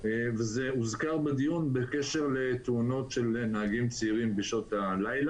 אף אחד לא הצליח לבצע את הרפורמה.